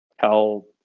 tell